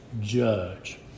judge